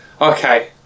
Okay